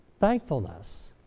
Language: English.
thankfulness